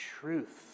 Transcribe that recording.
truth